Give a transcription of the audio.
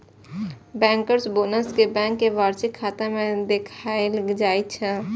bankers bonus कें bank के वार्षिक खाता मे देखाएल जाइ छै